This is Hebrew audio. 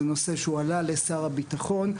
זה נושא שהועלה לשר הביטחון.